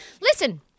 listen